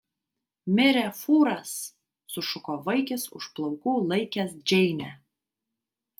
mirė fūras sušuko vaikis už plaukų laikęs džeinę